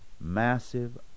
massive